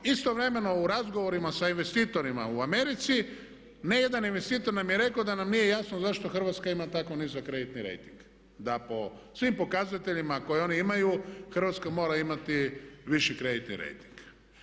Istovremeno u razgovorima sa investitorima u Americi, ne jedan investitor nam je rekao da nam nije jasno zašto Hrvatska ima tako nizak kreditni rejting, da po svim pokazateljima koje oni imaju Hrvatska mora imati viši kreditni rejting.